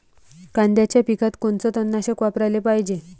कांद्याच्या पिकात कोनचं तननाशक वापराले पायजे?